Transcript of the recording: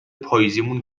پاییزیمون